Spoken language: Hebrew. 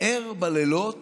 ער בלילות